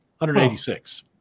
186